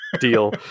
deal